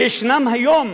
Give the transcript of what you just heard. שיש היום